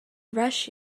rush